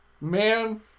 man